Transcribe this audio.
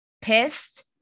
pissed